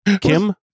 Kim